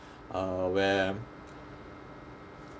uh where